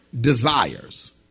desires